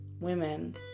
women